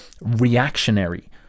reactionary